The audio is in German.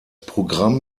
programm